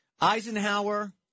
Eisenhower